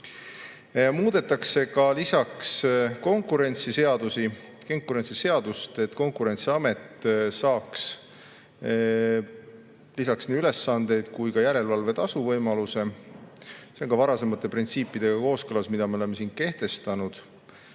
Muudetakse ka konkurentsiseadust, et Konkurentsiamet saaks lisaks nii ülesandeid kui ka järelevalvetasu võimaluse. See on kooskõlas varasemate printsiipidega, mis me oleme kehtestanud.